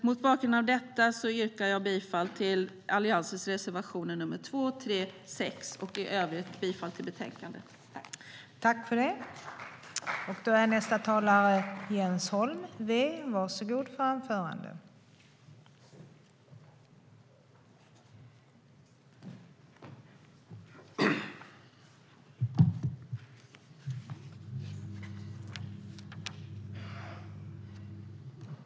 Mot bakgrund av detta yrkar jag bifall till Alliansens reservationer 2, 3 och 6 och i övrigt bifall till utskottets förslag.